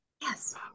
Yes